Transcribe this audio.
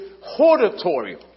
hortatory